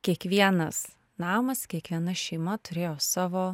kiekvienas namas kiekviena šeima turėjo savo